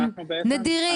נדירים.